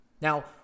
Now